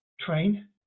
train